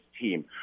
team